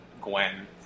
Gwen